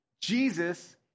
Jesus